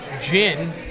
Gin